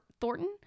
Thornton